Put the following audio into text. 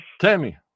Tammy